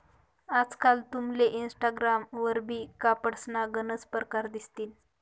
आजकाल तुमले इनस्टाग्राम वरबी कपडासना गनच परकार दिसतीन